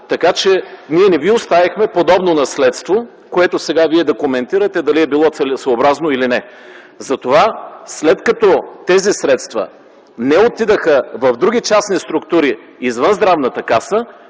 така че ние не ви оставихме подобно наследство, което сега да коментирате дали е било целесъобразно или не. Затова, след като тези средства не отидоха в други частни структури извън Здравната каса,